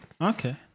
Okay